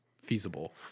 feasible